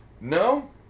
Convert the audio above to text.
No